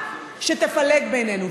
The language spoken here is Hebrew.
הבאה שתפלג בינינו.